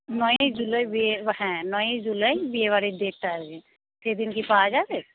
নয়ই জুলাই বিয়ের হ্যাঁ নয়ই জুলাই বিয়েবাড়ির ডেটটা আর কি সেদিন কি পাওয়া যাবে